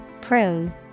Prune